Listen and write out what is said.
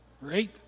right